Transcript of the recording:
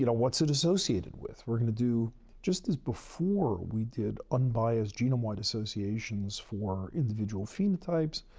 you know what's it associated with? we're going to do just as before, we did unbiased genome-wide associations for individual phenotypes,